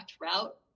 route